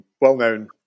well-known